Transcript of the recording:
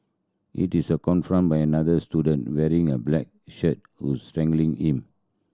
he a confronted by another student wearing a black shirt who strangling him